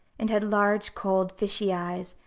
and had large, cold, fishy eyes,